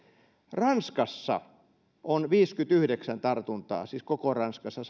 ranskassa on viisikymmentäyhdeksän tartuntaa sataatuhatta asukasta kohti siis koko ranskassa